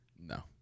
No